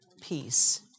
peace